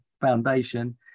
foundation